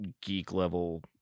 geek-level